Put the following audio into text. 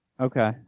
Okay